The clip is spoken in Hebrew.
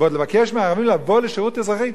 ועוד לבקש מערבים לבוא לשירות אזרחי?